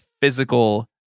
physical